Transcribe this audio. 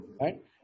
right